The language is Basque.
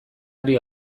ari